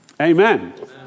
amen